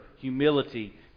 Humility